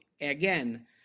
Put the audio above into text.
again